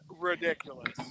ridiculous